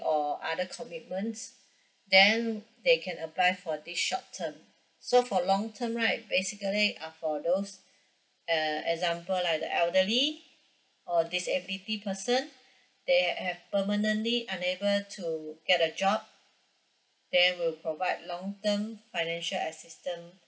or other commitments then they can apply for this short term so for long term right basically are for those uh example like the elderly or disability person they have permanently unable to get a job then will provide long term financial assistant